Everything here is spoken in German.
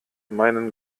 meinen